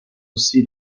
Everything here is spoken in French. aussi